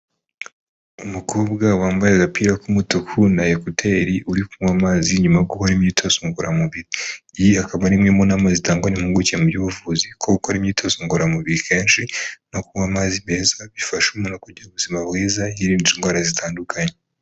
Umukobwa wambaye agapira k'umutu na ekuteri uri kunywa amazi nyuma yo gukora imyitozo ngororamubiri akaba ari imwe mu namwe zitangwa n'imuguke mu by'ubuvuzi kuko gukora imyitozo ngororamubiri kenshi no kunywa amazi meza bifasha umuntu kugira ubuzima bwiza yirinda indwara zitandukanye.